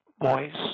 boys